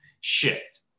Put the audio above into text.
shift